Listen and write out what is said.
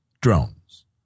drones